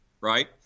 Right